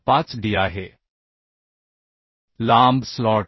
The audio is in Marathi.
5 d लांब स्लॉट आहे